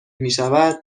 میشود